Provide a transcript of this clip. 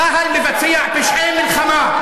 צה"ל מבצע פשעי מלחמה.